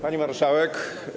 Pani Marszałek!